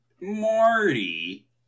Marty